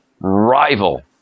rival